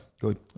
Good